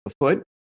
afoot